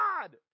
God